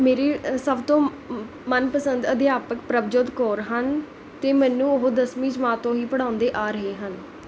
ਮੇਰੇ ਸਭ ਤੋਂ ਮਨ ਪਸੰਦ ਅਧਿਆਪਕ ਪ੍ਰਭਜੋਤ ਕੌਰ ਹਨ ਅਤੇ ਮੈਨੂੰ ਉਹ ਦਸਵੀਂ ਜਮਾਤ ਤੋਂ ਹੀ ਪੜਾਉਂਦੇ ਆ ਰਹੇ ਹਨ